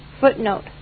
Footnote